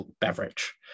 beverage